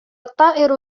الطائر